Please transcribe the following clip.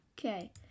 Okay